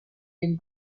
den